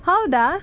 ಹೌದಾ